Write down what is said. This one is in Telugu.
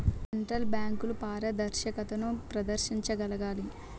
సెంట్రల్ బ్యాంకులు పారదర్శకతను ప్రదర్శించగలగాలి